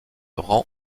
rend